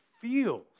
feels